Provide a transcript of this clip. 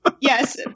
Yes